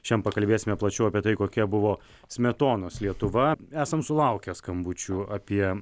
šian pakalbėsime plačiau apie tai kokia buvo smetonos lietuva esam sulaukę skambučių apie